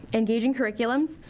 engaging curriculum,